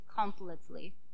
completely